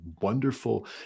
wonderful